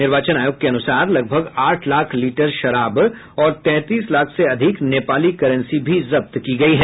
निर्वाचन आयोग के अनुसार लगभग आठ लाख लीटर शराब और तैंतीस लाख से अधिक नेपाली करेंसी भी जब्त की गयी है